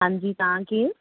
हांजी तव्हां केरु